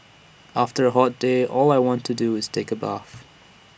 after A hot day all I want to do is take A bath